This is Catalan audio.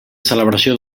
celebració